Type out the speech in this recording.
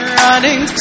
running